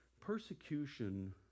persecution